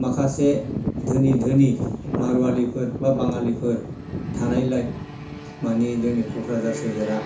माखासे धोनि धोनि मारुआलिफोर बा बाङालिफोर थानायलाय मानि जोंनि क'क्राझार सोहोरा